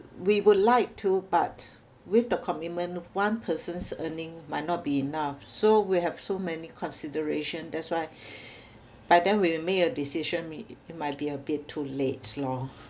we would like to but with the commitment one person's earning might not be enough so we have so many consideration that's why by then when you make a decision we it might be a bit too late lor